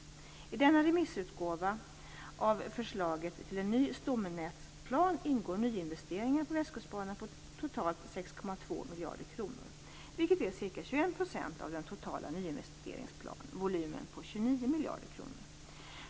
I denna remissutgåva av förslaget till ny stomnätsplan ingår nyinvesteringar på Västkustbanan på totalt 6,2 miljarder kronor, vilket är ca 21 % av den totala nyinvesteringsvolymen på 29 miljarder kronor.